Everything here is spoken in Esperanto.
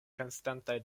konstantaj